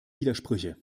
widersprüche